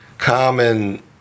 common